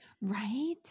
right